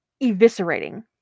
eviscerating